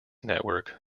network